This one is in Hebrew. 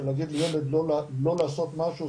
שלהגיד לילד לא לעשות משהו,